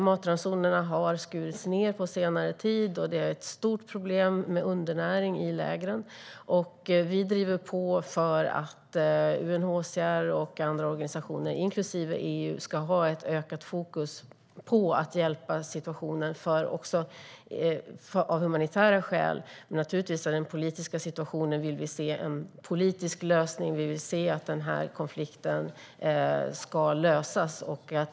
Matransonerna har skurits ned på senare tid. Och undernäring är ett stort problem i lägren. Vi driver på för att UNHCR, andra organisationer och även EU ska ha ett ökat fokus på att hjälpa situationen. Det gör vi av humanitära skäl. Men vi vill naturligtvis se en politisk lösning. Vi vill se en lösning på konflikten.